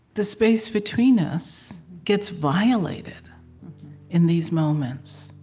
the space between us gets violated in these moments,